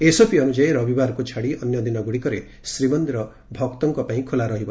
SOP ଅନୁଯାୟୀ ରବିବାରକୁ ଛାଡ଼ି ଅନ୍ୟ ଦିନଗୁଡ଼ିକରେ ଶ୍ରୀମନ୍ଦିର ଭକ୍ତଙ୍କ ପାଇଁ ଖୋଲା ରହିବ